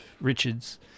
Richards